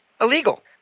illegal